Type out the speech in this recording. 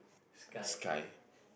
sky